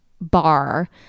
bar